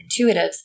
intuitives